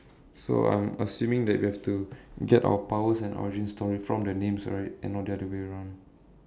so I'm assuming that we have to get our powers and origin story from the names right and not the other way around